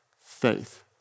faith